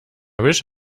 wish